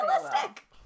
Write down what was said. Realistic